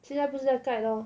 现在不是要盖 lor